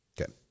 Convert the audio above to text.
Okay